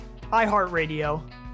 iHeartRadio